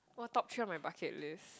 oh top three on my bucket list